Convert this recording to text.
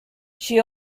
she